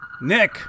Nick